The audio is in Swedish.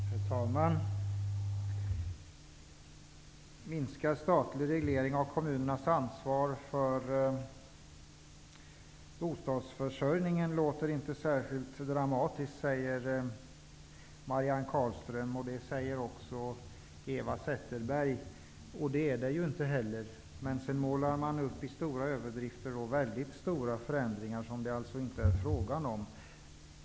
Herr talman! Minskad statlig reglering av kommunernas ansvar för bostadsförsörjningen låter inte särskilt dramatiskt, säger både Marianne Carlström och Eva Zetterberg, och det är det ju inte heller. Men sedan målar de med stora överdrifter upp omfattande förändringar som det inte är fråga om.